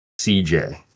CJ